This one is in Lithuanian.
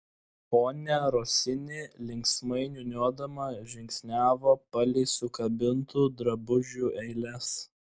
ponia rosini linksmai niūniuodama žingsniavo palei sukabintų drabužių eiles